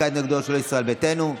ההתנגדויות של ישראל ביתנו.